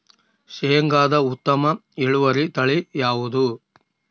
ಶೇಂಗಾದ ಉತ್ತಮ ಇಳುವರಿ ತಳಿ ಯಾವುದು?